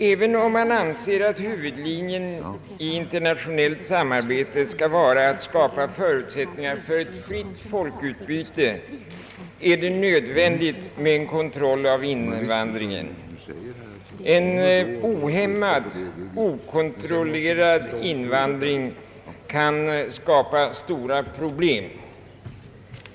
Även om man anser att huvudlinjen i internationellt samarbete skall vara att skapa förutsättningar för ett fritt folkutbyte, är det nödvändigt med en kontroll av invandringen. En ohämmad, okontrollerad invandring kan skapa stora problem.